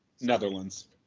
Netherlands